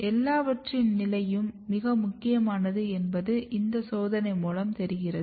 எல்லாவற்றின் நிலையும் மிக முக்கியமானது என்பது இந்த சோதனை மூலம் தெரிகிறது